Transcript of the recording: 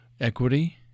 equity